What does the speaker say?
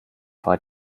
war